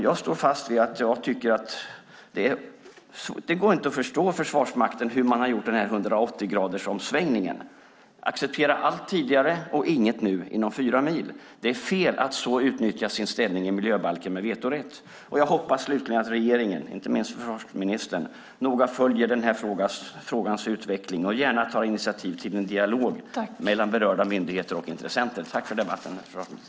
Jag står fast vid att jag tycker att det inte går att förstå hur Försvarsmakten har gjort denna 180-gradiga omsvängning att tidigare acceptera allt och nu inget inom fyra mil. Det är fel att så utnyttja sin ställning i miljöbalken med vetorätt. Jag hoppas slutligen att regeringen och inte minst försvarsministern noga följer frågans utveckling och gärna tar initiativ till en dialog mellan berörda myndigheter och intressenter. Tack för debatten, herr försvarsminister!